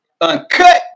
Uncut